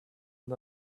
and